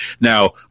now